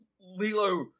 Lilo